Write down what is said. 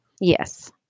Yes